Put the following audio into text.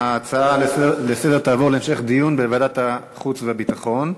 ההצעה לסדר-היום תעבור להמשך דיון בוועדת החוץ והביטחון.